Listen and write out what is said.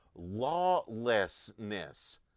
lawlessness